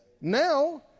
Now